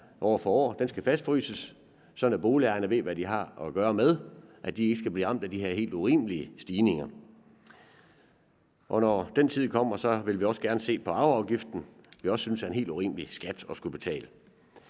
år for år. Den skal fastfryses, sådan at boligejerne ved, hvad de har at gøre med, og at de ikke skal blive ramt af de her helt urimelige stigninger. Og når den tid kommer, vil vi også gerne se på arveafgiften, som vi også synes er en helt urimelig skat at skulle betale.